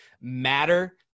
matter